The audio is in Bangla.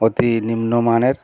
অতি নিম্নমানের